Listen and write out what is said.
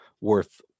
worth